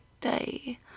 day